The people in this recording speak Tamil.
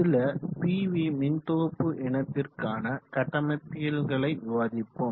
சில பிவி மின்தொகுப்பு இணைப்பிற்கான கட்டமைப்பியல்களை விவாதிப்போம்